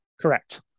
Correct